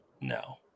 No